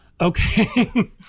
Okay